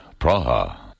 Praha